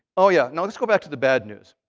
ah yeah now, let's go back to the bad news.